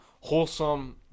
wholesome